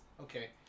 Okay